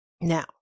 Now